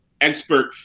expert